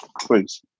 please